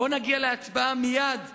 בואו נגיע להצבעה מייד ועכשיו.